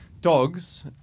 dogs